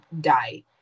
die